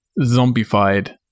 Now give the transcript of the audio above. zombified